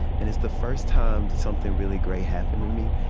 and it's the first time something really great happened to me,